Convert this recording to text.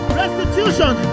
restitution